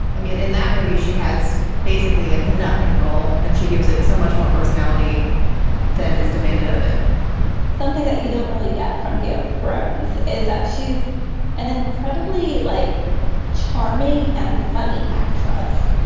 i mean in that movie she has basically had nothing role and she gives it so much more personality than is demanded of it something that you don't really get from game of thrones is that she's an incredibly like charming and funny actress.